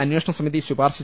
അന്വേഷണസമിതി ശൂപാർശ